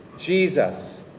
Jesus